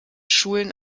schulen